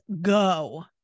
go